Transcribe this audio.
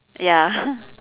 ya